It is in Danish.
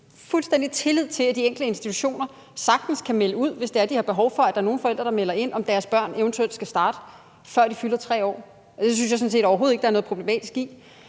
fuldstændig tillid til, at de enkelte institutioner sagtens kan melde ud, hvis det er, at de har behov for, at der er nogle forældre, der melder ind, om deres børn eventuelt skal starte, før de fylder 3 år, og det synes jeg sådan set overhovedet ikke der er noget problematisk i.